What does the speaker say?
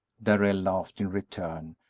darrell laughed in return,